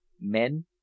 men